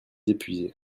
épuisé